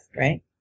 right